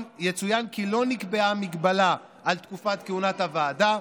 יצוין כי לא נקבעה הגבלה על תקופת כהונת הוועדה.